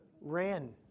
ran